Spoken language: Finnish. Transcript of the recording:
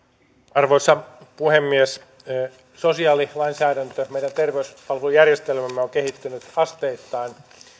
arvoisa puhemies sosiaalilainsäädäntö ja meidän terveyspalvelujärjestelmämme ovat kehittyneet asteittain